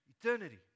eternity